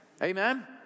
Amen